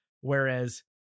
Whereas